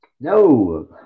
No